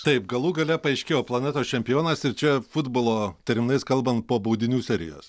taip galų gale paaiškėjo planetos čempionas ir čia futbolo terminais kalbant po baudinių serijos